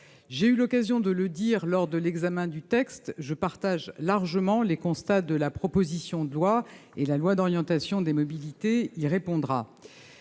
j'ai eu l'occasion de le dire lors de l'examen du texte, je partage largement les constats de la proposition de loi que vous avez évoquée, et la loi d'orientation sur les mobilités y répondra.